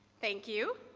thank you.